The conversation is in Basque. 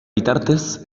bitartez